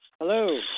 Hello